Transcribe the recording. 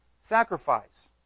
Sacrifice